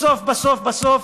בסוף בסוף בסוף